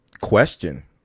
question